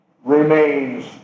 remains